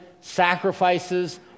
sacrifices